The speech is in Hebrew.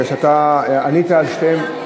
כי אתה ענית על שתיהן.